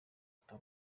ata